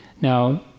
Now